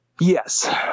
yes